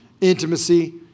intimacy